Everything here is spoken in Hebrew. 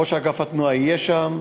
ראש אגף התנועה יהיה שם,